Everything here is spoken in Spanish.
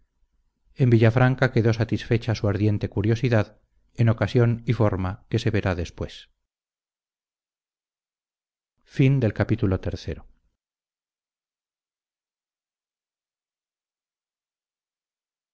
en villafranca quedó satisfecha su ardiente curiosidad en ocasión y forma que se verá después